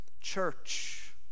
church